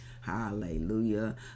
Hallelujah